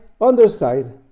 underside